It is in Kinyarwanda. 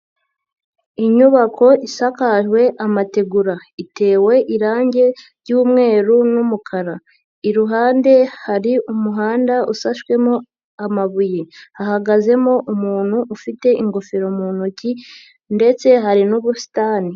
Inyubako isakajwe amategura itewe irange ry'umweru n'umukara, iruhande hari umuhanda usashwemo amabuye, hahagazemo umuntu ufite ingofero mu ntoki ndetse hari n'ubusitani.